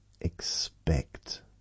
expect